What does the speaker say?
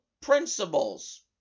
principles